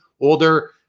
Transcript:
older